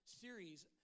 series